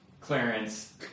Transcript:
Clarence